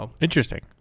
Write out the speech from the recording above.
Interesting